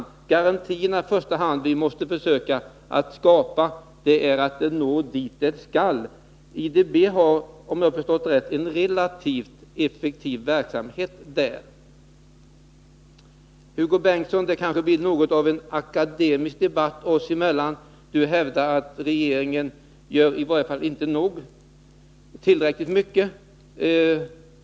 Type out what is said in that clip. De garantier som vi i första hand måste försöka skapa är att hjälpen når fram dit den skall. IDB har - om jag har förstått rätt — en relativt effektiv verksamhet på detta område. Det blir kanske något av en akademisk debatt mellan Hugo Bengtsson och mig. Hugo Bengtsson hävdar att regeringen inte gör tillräckligt mycket.